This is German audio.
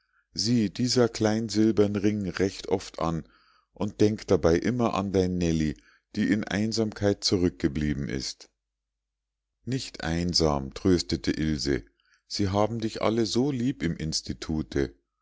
sieh dieser klein silbern ring recht oft an und denk dabei immer an dein nellie die in einsamkeit zurückgeblieben ist nicht einsam tröstete ilse sie haben dich alle so lieb im institute